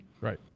Right